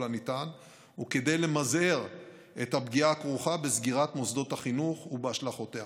הניתן וכדי למזער את הפגיעה הכרוכה בסגירת מוסדות החינוך והשלכותיה.